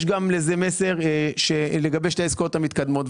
יש גם לזה מסר לגבי שתי העסקאות המתקדמות.